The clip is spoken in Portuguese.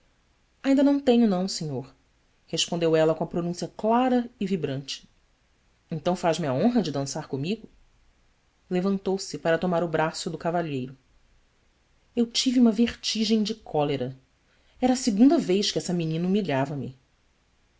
ainda não tenho não senhor respondeu ela com a pronúncia clara e vibrante ntão faz-me a honra de dançar comigo levantou-se para tomar o braço do cavalheiro eu tive uma vertigem de cólera era a segunda vez que essa menina humilhava me